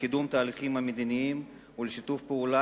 לקידום התהליכים המדיניים ולשיתוף פעולה